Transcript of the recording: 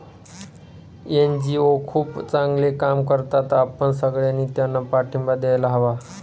NGO खूप चांगले काम करतात, आपण सगळ्यांनी त्यांना पाठिंबा द्यायला हवा